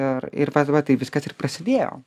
ir ir tas va taip viskas ir prasidėjo